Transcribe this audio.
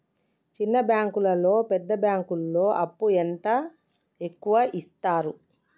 చిన్న బ్యాంకులలో పెద్ద బ్యాంకులో అప్పు ఎంత ఎక్కువ యిత్తరు?